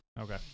Okay